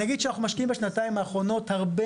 אני אגיד שאנחנו משקיעים בשנתיים האחרונות הרבה